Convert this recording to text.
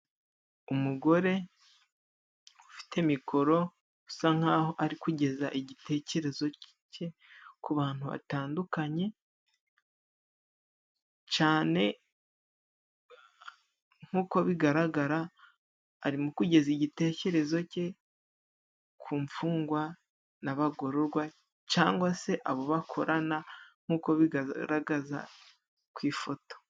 Umugore ufite mikoro usa nkaho ari kugeza igitekerezo cye ku bantu batandukanye, cane nkuko bigaragara arimo kugeza igitekerezo cye ku mfungwa n'abagororwa, cyangwase abo bakorana nkuko bigaragaza ku ifoto.